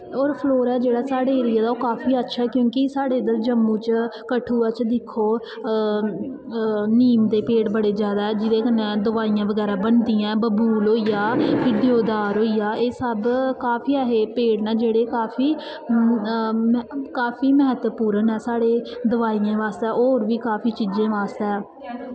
होर फ्लोरा जेह्ड़ा साढ़े एरिया दा ओह् काफी अच्छा क्योंकि साढ़े इद्धर जम्मू च कठुआ च दिक्खो नीम दे पेड़ बड़े जादा जेह्दे कन्नै दवाइयां बगैरा बनदियां बबूल होई गेआ फिर देवदार होई गेआ एह् सब काफी ऐसे पेड़ न जेह्ड़े काफी काफी म्हत्तवपूर्ण ऐ साढ़े दवाइयें बास्तै होर बी काफी चीजें बास्तै